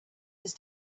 his